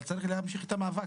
אבל צריך להמשיך את המאבק.